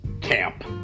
Camp